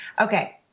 Okay